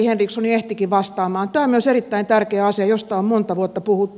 tämä on myös erittäin tärkeä asia josta on monta vuotta puhuttu